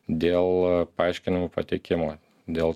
dėl paaiškinimų pateikimo dėl